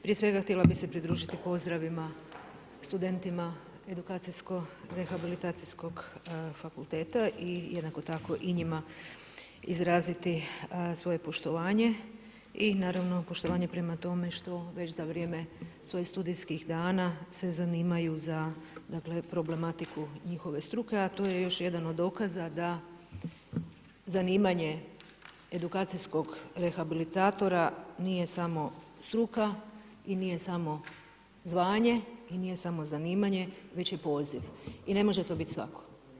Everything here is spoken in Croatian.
Prije svega htjela bi pridružiti pozdravima studentima Edukacijsko-rehabilitacijskog fakulteta i jednako tako i njima izraziti svoje poštovanje, i naravno poštovanje prema tome što već za vrijeme svojih studijskih dana se zanimaju za problematiku njihove struke, a to je već jedan od dokaza da zanimanje edukacijskog rehabilitatora nije samo struka i nije samo zvanje i nije samo zanimanje već je poziv i ne može to biti svako.